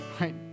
right